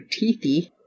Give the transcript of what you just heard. Teethy